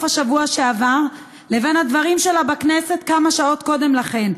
השבוע שעבר לבין הדברים שלה בכנסת כמה שעות קודם לכן,